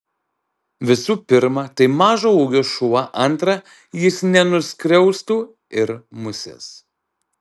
visų pirma tai mažo ūgio šuo antra jis nenuskriaustų ir musės